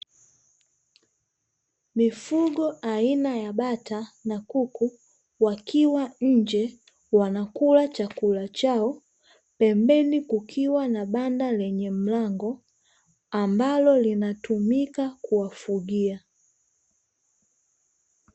Mifugo aina ya bata na kuku wakiwa nje wanakula chakula chao pembeni kukiwa na banda lenye mlango ambalo linatumika kuwafugia.